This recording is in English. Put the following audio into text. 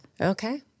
Okay